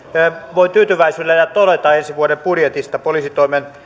voi tyytyväisyydellä todeta ensi vuoden budjetista poliisitoimen